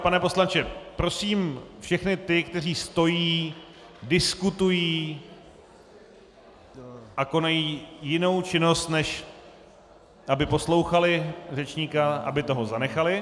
Pane poslanče, prosím všechny ty, kteří stojí, diskutují a konají jinou činnost, než aby poslouchali řečníka, aby toho zanechali.